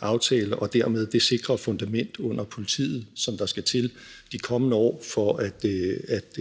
aftale og dermed det sikre fundament under politiet, som der skal til de kommende år, for at